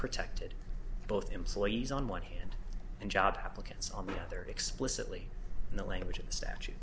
protected both employees on one hand and job applicants on the other explicitly in the language and statu